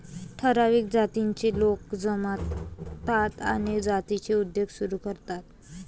ठराविक जातीचे लोक जमतात आणि जातीचा उद्योग सुरू करतात